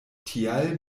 tial